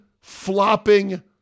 flopping